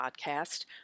Podcast